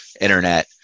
Internet